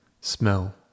smell